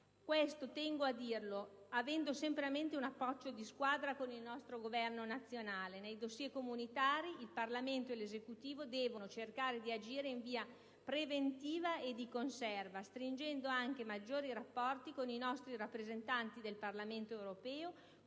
Questo, tengo a dirlo, avendo sempre a mente un approccio «di squadra» con il nostro Governo nazionale: nei *dossier* comunitari, il Parlamento e l'Esecutivo devono cercare di agire in via preventiva e di conserva, stringendo anche maggiori rapporti con i nostri rappresentanti del Parlamento europeo,